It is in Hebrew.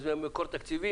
מקור תקציבי?